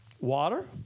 Water